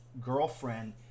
girlfriend